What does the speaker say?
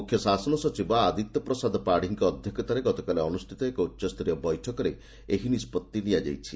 ମୁଖ୍ୟଶାସନ ସଚିବ ଆଦିତ୍ୟ ପ୍ରସାଦ ପାଢୀଙ୍କ ଅଧ୍ଧକ୍ଷତାରେ ଗତକାଲି ଅନୁଷ୍ଟିତ ଏକ ଉଚ୍ଚସ୍ତରୀୟ ବୈଠକରେ ଏହି ନିଷ୍ବଭି ନିଆଯାଇଛି